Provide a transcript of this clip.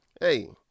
hey